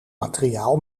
materiaal